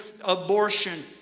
abortion